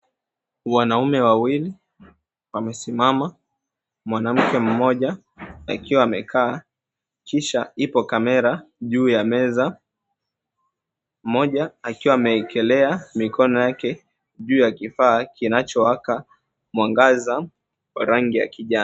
Wanaume wawili wamesimama. Mwanamke mmoja akiwa amekaa kisha ipo kamera juu ya meza. Mmoja akiwa ameiekelea mikono yake juu ya kifaa kinachowaka mwangaza wa rangi ya kijani.